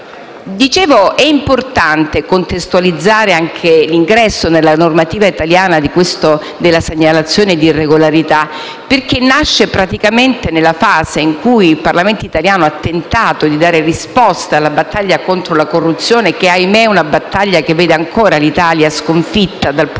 conti. È importante contestualizzare l'ingresso nella normativa italiana della segnalazione d'irregolarità, perché nasce praticamente nella fase in cui il Parlamento italiano ha tentato di dare risposta alla battaglia contro la corruzione, che - ahimè - vede ancora l'Italia sconfitta dal punto